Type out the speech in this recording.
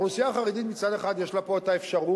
מצד אחד, האוכלוסייה החרדית, יש לה פה האפשרות,